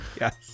Yes